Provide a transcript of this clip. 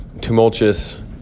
tumultuous